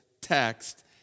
text